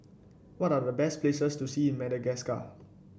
what are the best places to see in Madagascar